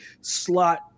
slot